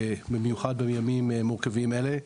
במיוחד בימים מורכבים אלה,